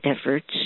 efforts